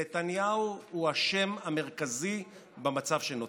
נתניהו הוא האשם המרכזי במצב שנוצר.